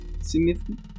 Significant